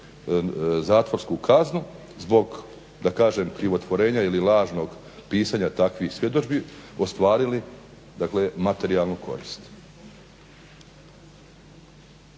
zatvorsku kaznu zbog krivotvorenja ili lažnog pisanja takvih svjedodžbi ostvarili materijalnu korist.